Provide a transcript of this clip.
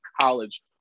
college